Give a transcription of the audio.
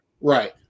Right